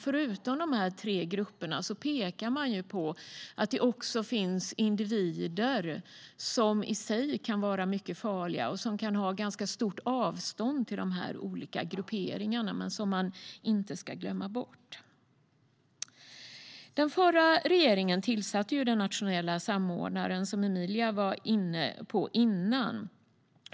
Förutom dessa tre grupper pekar man på att det också finns individer som i sig kan vara mycket farliga och som kan ha ganska stort avstånd till de olika grupperingarna. Dem ska man inte glömma bort. Den förra regeringen tillsatte den nationella samordnaren, som Emilia var inne på tidigare.